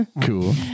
cool